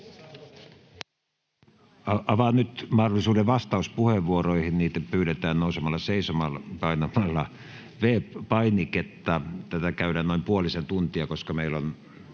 minuutin mittaisiin vastauspuheenvuoroihin. Niitä pyydetään nousemalla seisomaan ja painamalla V-painiketta. Debattia käydään noin puolisen tuntia, koska meillä on